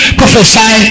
prophesy